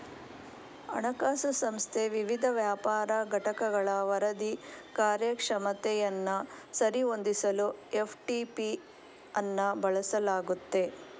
ಹಣಕಾಸು ಸಂಸ್ಥೆ ವಿವಿಧ ವ್ಯಾಪಾರ ಘಟಕಗಳ ವರದಿ ಕಾರ್ಯಕ್ಷಮತೆಯನ್ನ ಸರಿ ಹೊಂದಿಸಲು ಎಫ್.ಟಿ.ಪಿ ಅನ್ನ ಬಳಸಲಾಗುತ್ತೆ